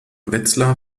wetzlar